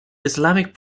islamic